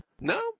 No